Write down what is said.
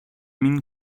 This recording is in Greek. μην